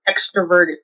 extroverted